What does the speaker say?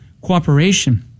cooperation